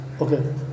okay